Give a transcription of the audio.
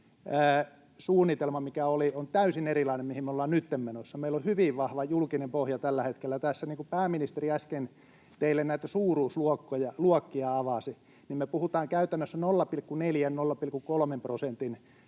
suunnitelma, mikä oli, on täysin erilainen kuin se, mihin me ollaan nytten menossa. Meillä on hyvin vahva julkinen pohja tässä tällä hetkellä. Niin kuin pääministeri äsken teille näitä suuruusluokkia avasi, me puhutaan käytännössä 0,3—0,4 prosentin